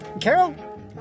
Carol